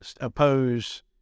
oppose